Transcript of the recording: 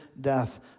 death